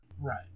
Right